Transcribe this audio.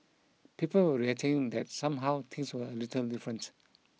people were reacting that somehow things were a little different